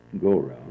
go-around